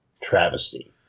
travesty